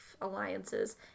alliances